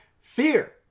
fear